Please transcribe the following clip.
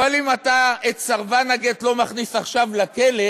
אבל אם את סרבן הגט אתה לא מכניס עכשיו לכלא,